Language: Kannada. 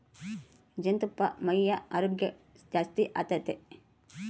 ಜೇನುತುಪ್ಪಾ ಮೈಯ ಆರೋಗ್ಯ ಜಾಸ್ತಿ ಆತತೆ